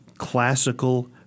classical